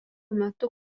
metu